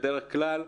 בדרך-כלל,